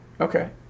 okay